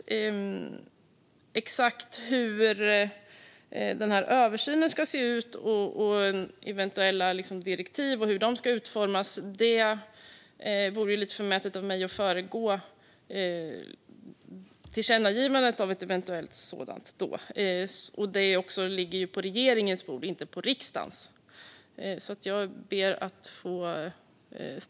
När det gäller exakt hur översynen ska se ut och hur eventuella direktiv ska utformas vore det lite förmätet av mig att föregripa tillkännagivandet av sådana. Detta ligger också på regeringens bord och inte på riksdagens.